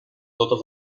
totes